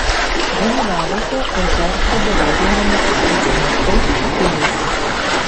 dalyvavote ir dar teberodomame išlikimo šou pilis